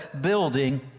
building